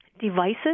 devices